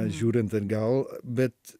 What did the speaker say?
žiūrint atgal bet